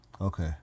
Okay